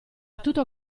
tutto